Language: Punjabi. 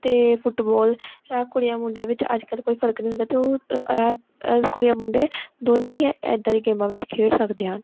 ਅਤੇ ਫੁੱਟਬੋਲ ਕੁੜੀਆਂ ਮੁੰਡਿਆਂ ਵਿੱਚ ਅੱਜ ਕੱਲ੍ਹ ਕੋਈ ਫਰਕ ਨਹੀਂ ਹੁੰਦਾ ਅਤੇ ਉਹ ਕੁੜੀਆਂ ਮੁੰਡੇ ਦੋਨੇ ਹੀ ਇੱਦਾਂ ਦੀ ਗੇਮਾਂ ਵਿੱਚ ਖੇਡ ਸਕਦੇ ਹਨ